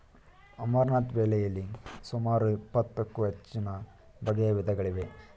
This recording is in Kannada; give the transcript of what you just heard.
ಅಮರ್ನಾಥ್ ಬೆಳೆಯಲಿ ಸುಮಾರು ಇಪ್ಪತ್ತಕ್ಕೂ ಹೆಚ್ಚುನ ಬಗೆಯ ವಿಧಗಳಿವೆ